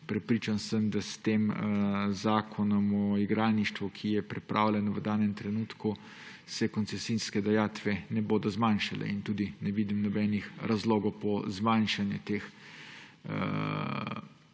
Prepričan sem, da se z zakonom o igralništvu, ki je pripravljen v danem trenutku, koncesijske dajatve ne bodo zmanjšale, in tudi ne vidim nobenih razlogov za zmanjšanje teh